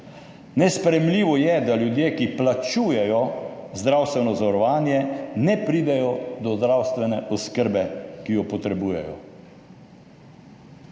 Nesprejemljivo je, da ljudje, ki plačujejo zdravstveno zavarovanje, ne pridejo do zdravstvene oskrbe, ki jo potrebujejo,